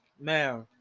Man